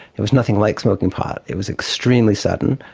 it was nothing like smoking pot, it was extremely sudden,